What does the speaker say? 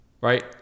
right